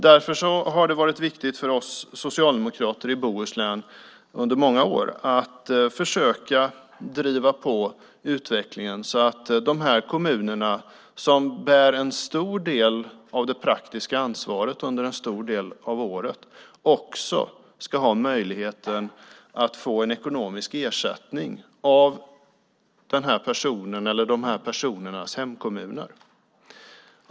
Därför har det under många år varit viktigt för oss socialdemokrater i Bohuslän att försöka driva på utvecklingen så att kommunerna som bär en stor del av det praktiska ansvaret under en stor del av året också ska ha möjligheten att få en ekonomisk ersättning av dessa personers hemkommuner.